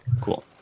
Cool